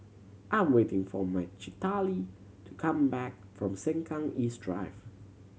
I am waiting for Citlalli to come back from Sengkang East Drive